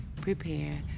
prepare